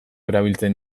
erabiltzen